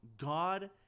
God